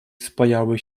spajały